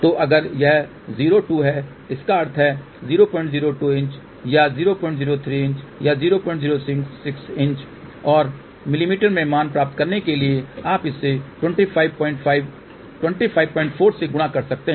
तो अगर यह 0 2 है जिसका अर्थ है 002" या 003" या 006" और मिलीमीटर में मान प्राप्त करने के लिए आप इसे 254 से गुणा कर सकते हैं